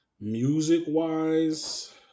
Music-wise